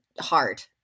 hard